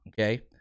Okay